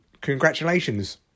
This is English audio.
congratulations